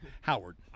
Howard